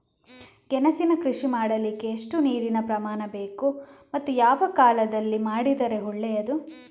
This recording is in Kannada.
ಗೆಣಸಿನ ಕೃಷಿ ಮಾಡಲಿಕ್ಕೆ ಎಷ್ಟು ನೀರಿನ ಪ್ರಮಾಣ ಬೇಕು ಮತ್ತು ಯಾವ ಕಾಲದಲ್ಲಿ ಮಾಡಿದರೆ ಒಳ್ಳೆಯದು?